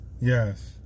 Yes